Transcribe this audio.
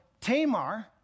Tamar